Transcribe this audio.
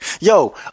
yo